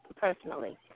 Personally